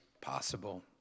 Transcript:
possible